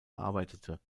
arbeitete